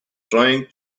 trying